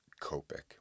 Copic